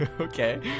Okay